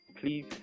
please